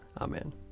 Amen